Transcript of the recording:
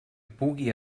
pugui